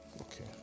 okay